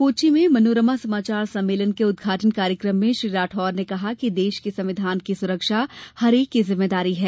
कोच्ची में मनोरमा समाचार सम्मेलन के उद्घाटन कार्यक्रम में श्री राठोर ने कहा कि देश के संविधान की सुरक्षा हरएक की जिम्मेदारी है